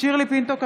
שירלי פינטו קדוש,